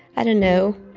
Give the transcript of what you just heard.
i don't know,